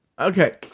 Okay